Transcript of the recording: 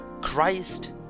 Christ